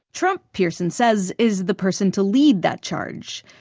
trump, pearson said, is the person to lead that charge.